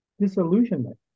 disillusionment